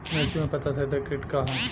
मिर्च में पता छेदक किट का है?